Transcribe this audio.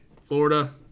Florida